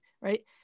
right